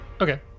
Okay